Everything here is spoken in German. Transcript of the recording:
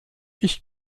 ich